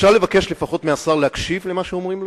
אפשר לבקש מהשר שיקשיב למה שאומרים לו?